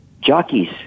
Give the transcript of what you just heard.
Jockeys